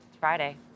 Friday